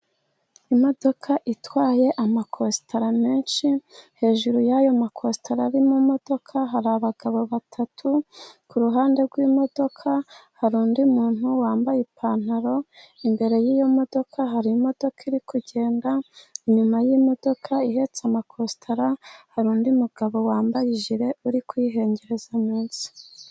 Imodoka itwaye amakositara menshi, hejuru y'ayo ma kositara ari mu modoka hari abagabo batatu, ku ruhande rw'imodoka hari undi muntu wambaye ipantaro. Imbere y'iyo modoka hari imodoka iri kugenda, inyuma y'imodoka ihetse amakositara, hari undi mugabo wambaye ijire uri kuyihengereza munsi.